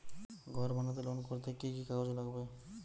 ঘর বানাতে লোন করতে কি কি কাগজ লাগবে?